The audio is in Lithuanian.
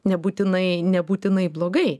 nebūtinai nebūtinai blogai